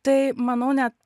tai manau ne